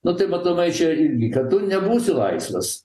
nu tai matomai čia irgi kad tu nebūsi laisvas